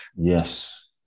yes